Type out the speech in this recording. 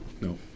no